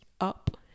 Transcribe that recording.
up